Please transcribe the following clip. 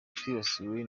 twibasiwe